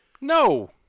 No